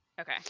Okay